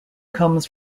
comes